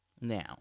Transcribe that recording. Now